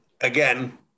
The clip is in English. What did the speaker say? again